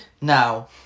Now